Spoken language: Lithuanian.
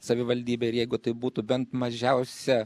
savivaldybe ir jeigu tai būtų bent mažiausia